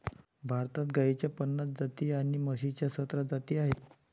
भारतात गाईच्या पन्नास जाती आणि म्हशीच्या सतरा जाती आहेत